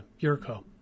yurko